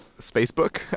spacebook